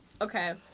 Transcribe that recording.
Okay